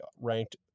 ranked